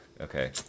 Okay